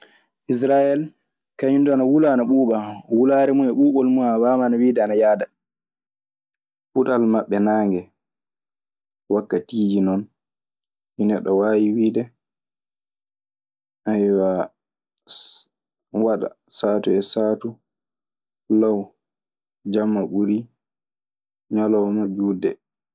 Israel kaŋum dun ana wula ana ɓuuba, wulaare muuɗun e ɓuuɓol muuɗun a wama wide ana yaada. Mutal maɓɓe naange wakkatiiji non neɗɗo waawi wiide waɗa saatu e saatu law, jamma ɓuri ñalawma juutde.